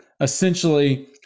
essentially